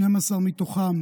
12 מתוכם